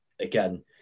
again